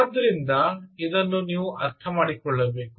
ಆದ್ದರಿಂದ ಇದನ್ನು ನೀವು ಅರ್ಥಮಾಡಿಕೊಳ್ಳಬೇಕು